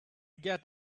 get